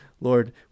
Lord